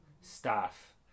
Staff